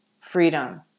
freedom